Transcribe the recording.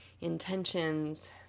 intentions